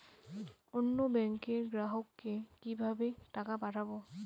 অন্য ব্যাংকের গ্রাহককে কিভাবে টাকা পাঠাবো?